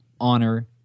honor